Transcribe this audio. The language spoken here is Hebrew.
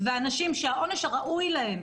ואנשים שהעונש הראוי להם,